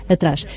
Atrás